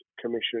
Commission